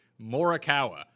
Morikawa